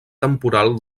temporal